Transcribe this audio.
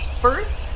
first